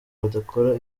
badakora